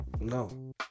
No